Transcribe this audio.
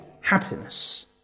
happiness